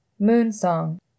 Moonsong